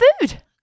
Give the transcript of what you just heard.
food